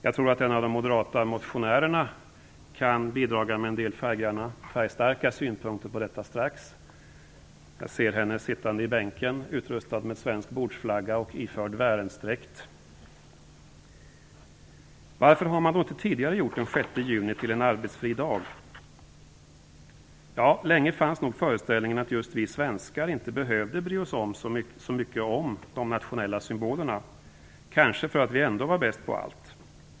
Jag tror att en av de moderata motionärerna strax kan bidra med en del färgstarka synpunkter på detta. Jag ser henne sittande i bänken utrustad med svensk bordsflagga och iförd Wärensdräkt. Varför har man då inte tidigare gjort den 6 juni till en arbetsfri dag? Länge fanns nog föreställningen att just vi svenskar inte behövde bry oss så mycket om de nationella symbolerna, kanske för att vi ändå var bäst på allt.